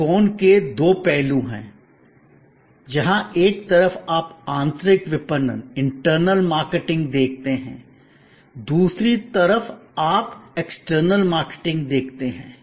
त्रिकोण के दो पहलू हैं जहां एक तरफ आप आंतरिक विपणन इंटरनल मार्केटिंग देखते हैं दूसरी तरफ आप बाहरी विपणन एक्सटर्नल मार्केटिंग देखते हैं